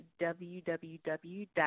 www